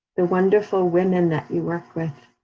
the wonderful women that you work with.